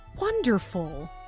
wonderful